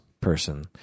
person